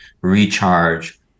recharge